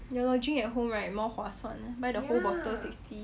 ya lor drink at home right more 划算 buy the whole bottle sixty